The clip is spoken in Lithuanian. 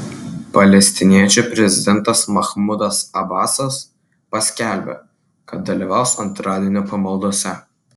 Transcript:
palestiniečių prezidentas mahmudas abasas paskelbė kad dalyvaus antradienio pamaldose